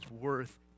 worth